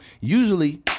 usually